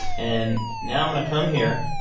and now i'm gonna come here,